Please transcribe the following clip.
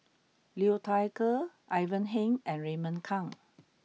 Liu Thai Ker Ivan Heng and Raymond Kang